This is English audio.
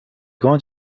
gone